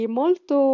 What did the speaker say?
molto